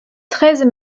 treize